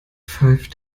five